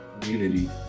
community